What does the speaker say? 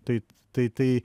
tai tai tai